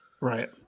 Right